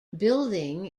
building